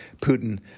Putin